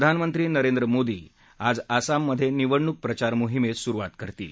प्रधानमंत्री नरेंद्र मोदी आज आसाममध्ये निवडणूक प्रचार मोहिमेस सुरुवात करतील